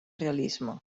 realisme